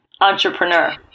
entrepreneur